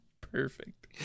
Perfect